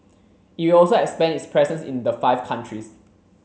it will also expand its presence in the five countries